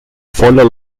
voller